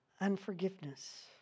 Unforgiveness